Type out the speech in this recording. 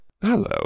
hello